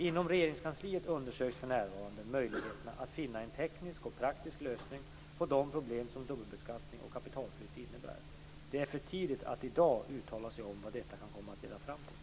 Inom Regeringskansliet undersöks för närvarande möjligheterna att finna en teknisk och praktisk lösning på de problem som dubbelbeskattning och kapitalflykt innebär. Det är för tidigt att i dag uttala sig om vad detta kan komma att leda fram till.